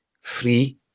free